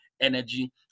energy